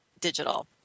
Digital